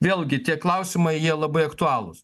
vėlgi tie klausimai jie labai aktualūs